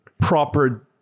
proper